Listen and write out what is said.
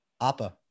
Appa